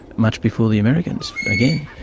much before the americans, again,